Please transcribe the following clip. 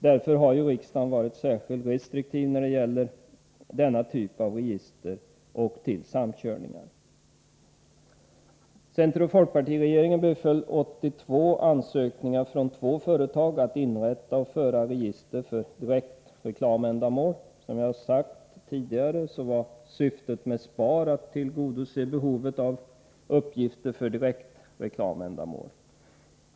Det är ju därför som riksdagen varit särskilt restriktiv när det gäller denna typ av register och även när det gäller samkörningar. om att få inrätta och föra register för direktreklamändamål. Som jag tidigare — Nr 151 sagt var syftet med SPAR att tillgodose behovet av uppgifter för direktre Z ö 3 : Onsdagen den klamändamål.